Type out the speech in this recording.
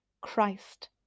Christ